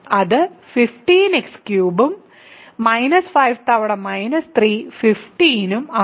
അത് 15x3 ഉം 5 തവണ - 3 15 ഉം ആണ്